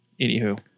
Anywho